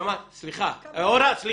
אומר שאני